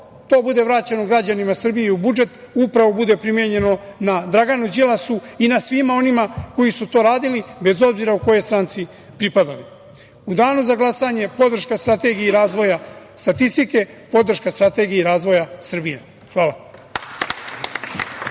to bude vraćeno građanima Srbije u budžet, upravo bude primenjeno na Draganu Đilasu i na svima onima koji su to radili, bez obzira kojoj stranci pripadali.U danu za glasanje podrška strategiji razvoja statistike, podrška strategije razvoja Srbije. Hvala.